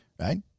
right